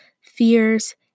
fears